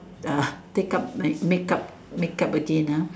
uh take up like make up make up again ah